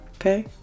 okay